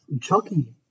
Chucky